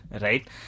Right